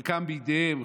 חלקם בידיהם,